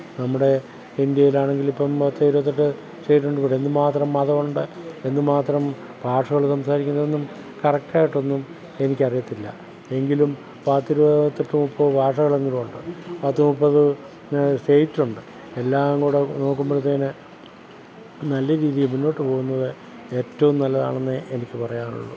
നമ്മുടെ ഇന്ത്യയിലാണെങ്കില് ഇപ്പം പത്ത് ഇരുപത്തെട്ട് സ്റ്റേറ്റുണ്ടിവിടെ എന്തു മാത്രം മതം ഉണ്ട് എന്തു മാത്രം ഭാഷകൾ സംസാരിക്കുന്നെന്നും കറക്റ്റായിട്ടൊന്നും എനിക്കറിയത്തില്ല എങ്കിലും പത്തിരുപത്തെട്ട് മുപ്പത് ഭാഷകളെങ്കിലും ഉണ്ട് പത്ത് മുപ്പത് സ്റ്റേറ്റുണ്ട് എല്ലാം കൂടി നോകുമ്പോഴത്തേന് നല്ല രീതിയില് മുന്നോട്ടു പോകുന്നത് ഏറ്റവും നല്ലതാണെന്നെ എനിക്ക് പറയാനുള്ളൂ